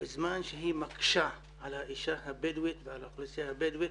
בזמן שהיא מקשה על האישה הבדואית ועל האוכלוסייה הבדואית